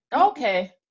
okay